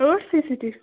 ٲٹھ C C T